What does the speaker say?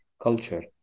culture